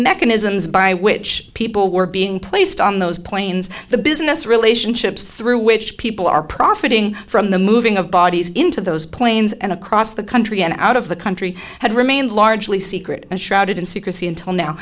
mechanisms by which people were being placed on those planes the business relationships through which people are profiting from the moving of bodies into those planes and across the country and out of the country had remained largely secret and shrouded in secrecy until now